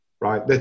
right